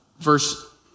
verse